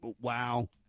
Wow